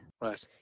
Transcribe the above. Right